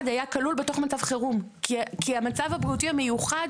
היה כלול בתוך מצב חירום כי המצב הבריאותי המיוחד,